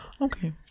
Okay